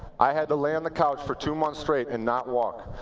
i had to lay on the couch for two months straight and not walk.